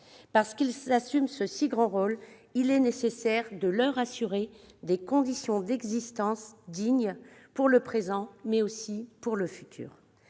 Parce qu'ils assument ce si grand rôle, il est nécessaire de leur assurer des conditions d'existence dignes, pour le présent, mais aussi pour l'avenir.